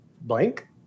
blank